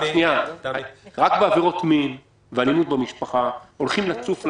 --- רק בעבירות מין ואלימות במשפחה הולכים לצוף לנו,